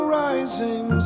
rising